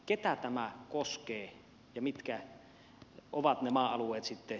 ketä tämä koskee ja mitkä ovat ne maa alueet sitten